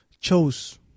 chose